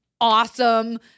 awesome